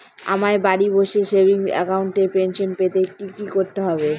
আমায় বাড়ি বসে সেভিংস অ্যাকাউন্টে পেনশন পেতে কি কি করতে হবে?